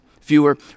fewer